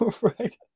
Right